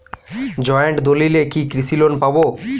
Joint দলিলে কি কৃষি লোন পাব?